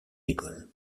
école